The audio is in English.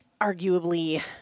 Arguably